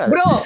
Bro